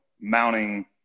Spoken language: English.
mounting